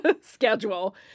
schedule